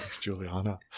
juliana